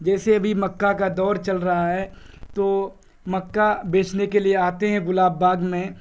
جیسے ابھی مکہ کا دور چل رہا ہے تو مکہ بیچنے کے لیے آتے ہیں گلاب باگ میں